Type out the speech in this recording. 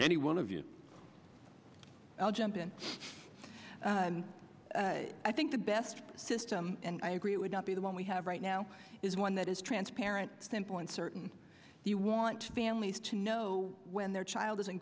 any one of you i'll jump in i think the best system and i agree it would not be the one we have right now is one that is transparent standpoint certain you want families to know when their child is in